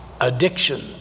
addiction